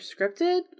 scripted